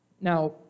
Now